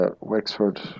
Wexford